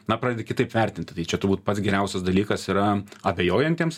na pradedi kitaip vertinti tai čia turbūt pats geriausias dalykas yra abejojantiems